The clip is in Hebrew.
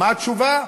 מה התשובה?